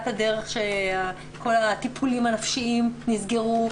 הדרך שכל הטיפולים הנפשיים נסגרו,